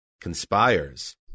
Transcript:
conspires